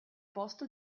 posto